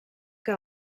que